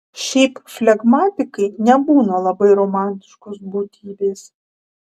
šiaip flegmatikai nebūna labai romantiškos būtybės